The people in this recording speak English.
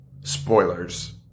spoilers